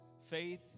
faith